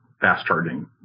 fast-charging